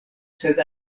sed